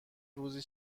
روزی